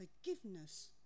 forgiveness